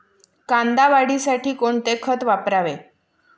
कांदा वाढीसाठी कोणते खत वापरावे?